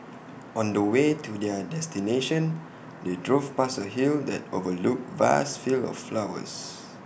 on the way to their destination they drove past A hill that overlooked vast fields of sunflowers